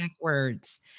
words